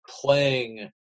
playing